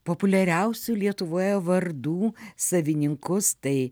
populiariausių lietuvoje vardų savininkus tai